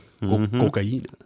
cocaine